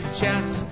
chance